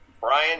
Brian